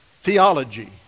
theology